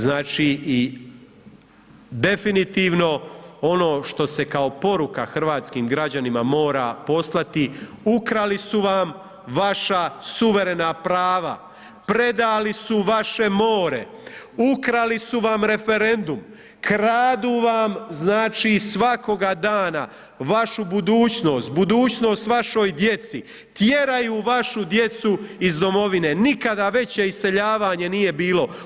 Znači i definitivno ono što se kao poruka hrvatskim građanima mora poslati, ukrali su vam vaša suverena prava, predali su vaše more, ukrali su vam referendum, kradu vam znači svakoga dana vašu budućnost, budućnost vašoj djeci, tjeraju vašu djecu iz domovine, nikada veće iseljavanje nije bilo.